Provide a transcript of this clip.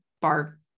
bar